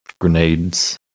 Grenades